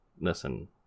listen